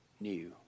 new